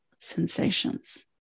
sensations